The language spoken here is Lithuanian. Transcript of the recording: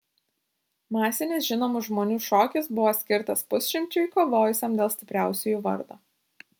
masinis žinomų žmonių šokis buvo skirtas pusšimčiui kovojusiam dėl stipriausiųjų vardo